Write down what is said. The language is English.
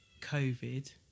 COVID